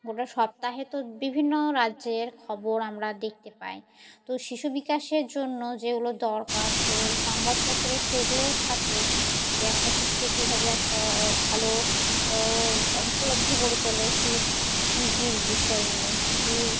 গোটা সপ্তাহে তো বিভিন্ন রাজ্যের খবর আমরা দেখতে পাই তো শিশু বিকাশের জন্য যেগুলো দরকার তো সংবাদপত্রে সেগুলোও থাকে যে একটা শিশুকে কীভাবে একটা ভালো উপলব্ধ করে তোলে কী কী কী বিষয় নিয়ে কী কী